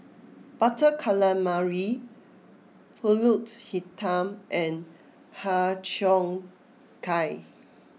Butter Calamari Pulut Hitam and Har Cheong Gai